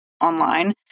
online